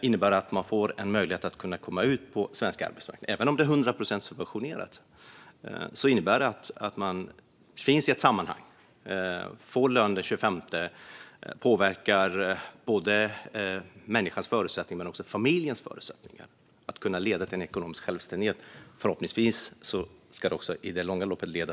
Det har inneburit en möjlighet att komma ut på svensk arbetsmarknad. Även om det är subventionerat till 100 procent innebär det att de finns i ett sammanhang och får lön den 25, vilket påverkar både de egna och familjens förutsättningar för ekonomisk självständighet och förhoppningsvis fortsatt arbete.